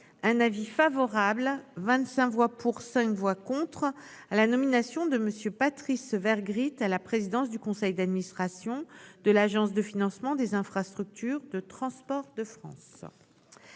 un avis favorable. 25 voix pour, 5 voix contre à la nomination de Monsieur Patrice vers Great à la présidence du conseil d'administration de l'Agence de financement des infrastructures de transport de France